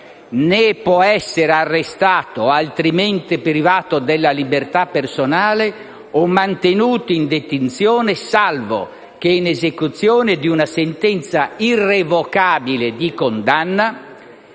né può essere arrestato o altrimenti privato della libertà personale, o mantenuto in detenzione, salvo che in esecuzione di una sentenza irrevocabile di condanna,